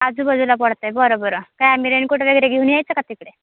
आजूबाजूला पडतो आहे बरं बरं काय आम्ही रेनकोट वगैरे घेऊन यायचं का तिकडे